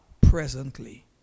presently